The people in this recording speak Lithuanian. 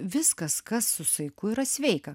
viskas kas su saiku yra sveika